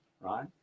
right